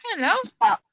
Hello